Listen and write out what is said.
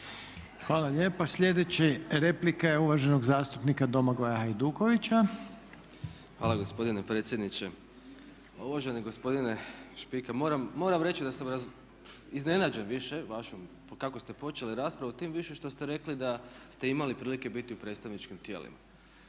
Hvala lijepa. Sljedeća replika je uvaženog zastupnika Domagoja Hajdukovića. **Hajduković, Domagoj (SDP)** Hvala gospodine predsjedniče. Uvaženi gospodine Špika moram reći da sam iznenađen više kako ste počeli raspravu, tim više što ste rekli da ste imali prilike biti u predstavničkim tijelima.